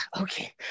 Okay